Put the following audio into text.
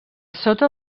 sota